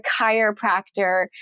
chiropractor